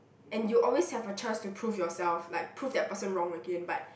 and you always have a chance to prove yourself like prove that person wrong again but